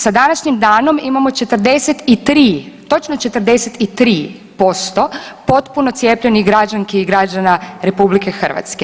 Sa današnjim danom imamo 43, točno 43% potpuno cijepljenih građanki i građana RH.